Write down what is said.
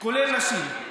כולל נשים.